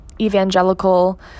evangelical